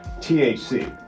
T-H-C